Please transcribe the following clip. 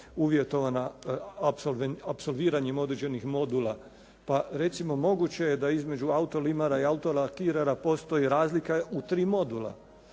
uvjetovana apsolviranjem određenih modula. Pa recimo, moguće je da između autolimara i autolakirera postoji razlika u tri modula